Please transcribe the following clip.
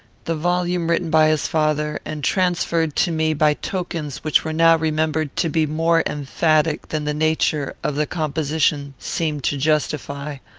the volume written by his father, and transferred to me by tokens which were now remembered to be more emphatic than the nature of the composition seemed to justify,